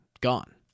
gone